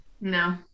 No